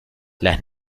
las